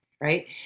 Right